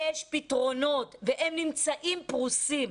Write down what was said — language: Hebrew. יש פתרונות והם נמצאים פרוסים.